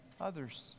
others